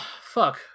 fuck